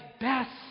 best